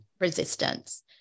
resistance